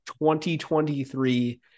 2023